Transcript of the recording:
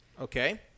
Okay